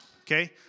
okay